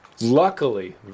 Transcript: luckily